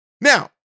Now